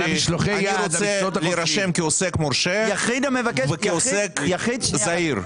אני רוצה להירשם כעוסק מורשה וכעוסק זעיר.